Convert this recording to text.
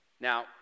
Now